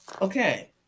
okay